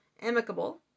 Amicable